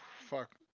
Fuck